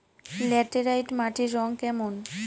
Laterite মাটির রং কেমন?